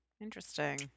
Interesting